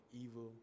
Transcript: evil